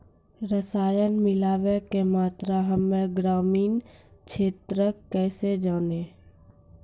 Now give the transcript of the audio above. रसायन मिलाबै के मात्रा हम्मे ग्रामीण क्षेत्रक कैसे जानै?